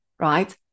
right